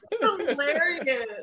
hilarious